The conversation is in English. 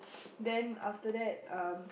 then after that um